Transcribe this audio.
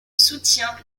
soutien